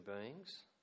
beings